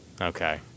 Okay